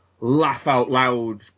laugh-out-loud